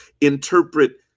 interpret